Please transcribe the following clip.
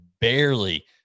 barely